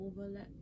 overlap